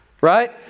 right